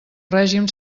règim